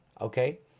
okay